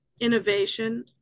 innovation